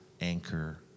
anchor